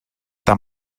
tan